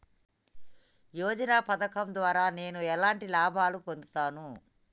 యోజన పథకం ద్వారా నేను ఎలాంటి లాభాలు పొందుతాను?